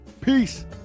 Peace